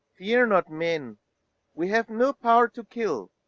nay, fear not, man we have no power to kill.